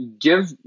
give